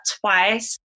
twice